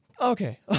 Okay